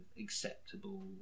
acceptable